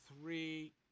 three